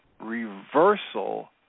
reversal